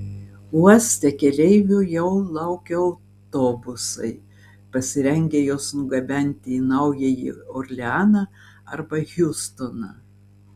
uoste keleivių jau laukia autobusai pasirengę juos nugabenti į naująjį orleaną arba hjustoną